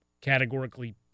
categorically